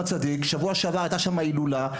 בשבוע שעבר הייתה שם הילולה,